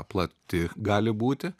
plati gali būti